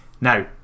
now